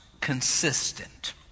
consistent